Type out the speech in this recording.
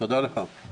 הישיבה נעולה.